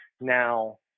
now